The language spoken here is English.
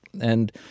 And-